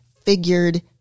Figured